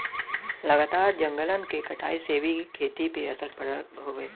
लगातार जंगलन के कटाई से भी खेती पे असर पड़त हउवे